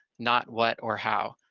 not what or how.